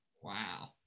Wow